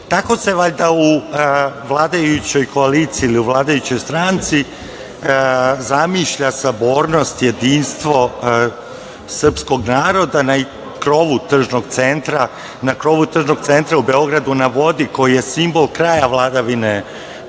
tako se valjda u vladajućoj koalicije, vladajućoj stranci zamišlja sabornost, jedinstvo srpskog naroda na krovu tržnog centra u Beogradu na vodi, koji je simbol kraja vladavine prava